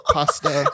Pasta